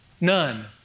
none